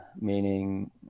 meaning